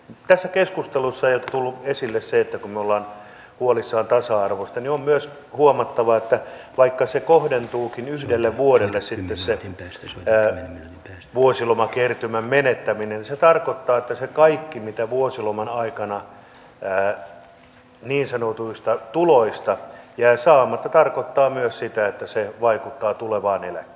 mutta tässä keskustelussa ei ole tullut esille se että kun me olemme huolissamme tasa arvosta niin on myös huomattava että vaikka se vuosilomakertymän menettäminen kohdentuukin yhdelle vuodelle se tässä on nyt täällä vuosilomakertymän menettäminen se tarkoittaa että se kaikki mitä vuosiloman aikana niin sanotuista tuloista jää saamatta tarkoittaa myös siitä että se vaikuttaa tulevaan eläkkeeseen